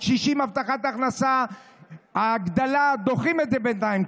הגדלת הבטחת הכנסה לקשישים דוחים את זה בינתיים,